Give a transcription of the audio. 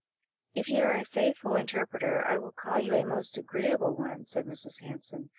if you are a faithful interpreter, i will call you a most agreeable one, said mrs. hanson,